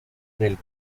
del